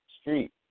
street